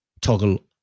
toggle